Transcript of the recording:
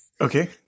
Okay